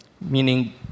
meaning